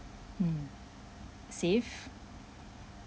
mm save